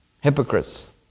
Hypocrites